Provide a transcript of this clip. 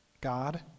God